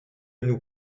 nous